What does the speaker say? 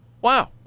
Wow